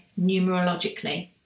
numerologically